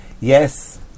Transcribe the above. Yes